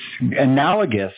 analogous